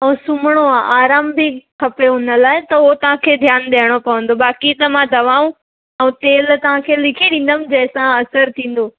ऐं सुम्हणो आहे आरामु बि खपे उन लाइ त हो तव्हांखे ध्यानु ॾियणो पवंदो बाक़ी त मां दवाऊं ऐं तेल तव्हांखे लिखी ॾींदमि जंहिंसां असरु थींदो